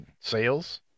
sales